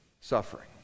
suffering